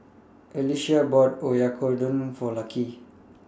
Alysia bought Oyakodon For Lucky